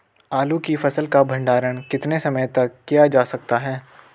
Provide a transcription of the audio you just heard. आलू की फसल का भंडारण कितने समय तक किया जा सकता है?